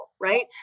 right